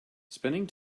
spending